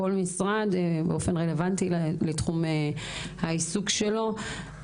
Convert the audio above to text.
כל משרדים באופן רלוונטי לתחום העיסוק שלו.